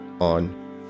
on